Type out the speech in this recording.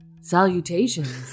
salutations